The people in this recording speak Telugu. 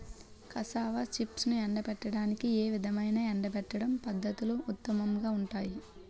కాసావా చిప్స్ను ఎండబెట్టడానికి ఏ విధమైన ఎండబెట్టడం పద్ధతులు ఉత్తమంగా ఉంటాయి?